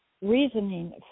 reasoning